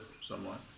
somewhat